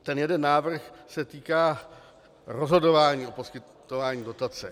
Ten jeden návrh se týká rozhodování o poskytování dotace.